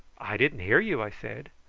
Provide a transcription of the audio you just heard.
i didn't hear you, i said.